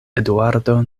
eduardo